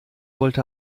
wollte